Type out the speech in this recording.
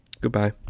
Goodbye